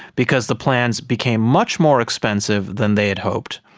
because the plans became much more expensive than they had hoped,